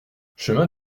chemin